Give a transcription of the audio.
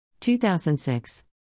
2006